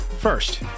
First